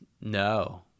no